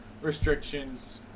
restrictions